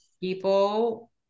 people